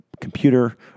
computer